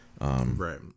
right